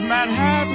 Manhattan